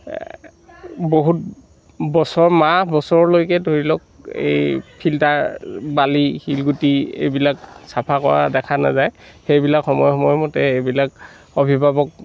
বহুত বছৰ মাহ বছৰলৈকে ধৰি লওঁক এই ফিল্টাৰ বালি শিলগুটি এইবিলাক চাফা কৰা দেখা নাযায় সেইবিলাক সময় সময় মতে সেইবিলাক অভিভাৱক